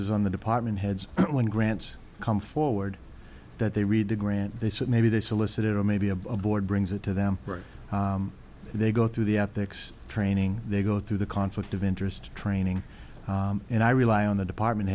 is on the department heads when grants come forward that they read the grant they set maybe they solicit it or maybe a board brings it to them right they go through the ethics training they go through the conflict of interest training and i rely on the department